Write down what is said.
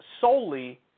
solely